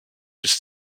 bis